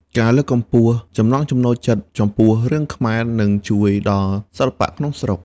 ការលើកកម្ពស់ចំណង់ចំណូលចិត្តចំពោះរឿងខ្មែរនឹងជួយដល់សិល្បៈក្នុងស្រុក។